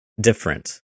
different